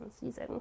season